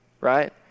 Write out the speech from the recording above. right